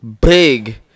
big